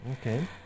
okay